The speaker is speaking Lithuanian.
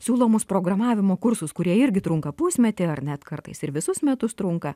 siūlomus programavimo kursus kurie irgi trunka pusmetį ar net kartais ir visus metus trunka